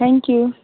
thank you